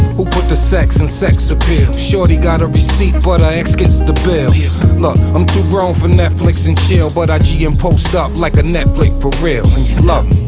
who put the sex in sex appeal shorty got a receipt but her ex gets the bill look i'm too grown for netflix and chill but i g and post up, like a net flick for real love